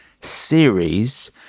series